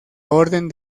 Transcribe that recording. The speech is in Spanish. orden